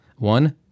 One